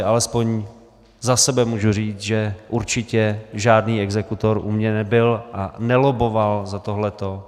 Alespoň za sebe můžu říct, že určitě žádný exekutor u mě nebyl a nelobboval za tohleto.